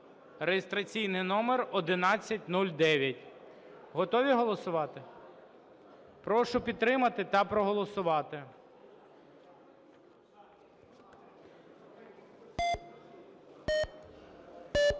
(реєстраційний номер 1109). Готові голосувати? Прошу підтримати та проголосувати.